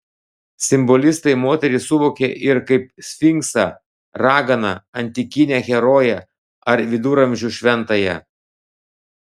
simbolistai moterį suvokė ir kaip sfinksą raganą antikinę heroję ar viduramžių šventąją